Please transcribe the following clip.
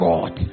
God